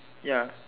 ya